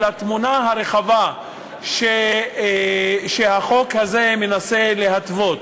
על התמונה הרחבה שהחוק הזה מנסה להתוות.